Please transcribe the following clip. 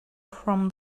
from